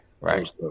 Right